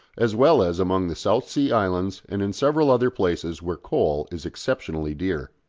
as well as among the south sea islands and in several other places where coal is exceptionally dear.